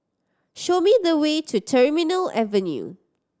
show me the way to Terminal Avenue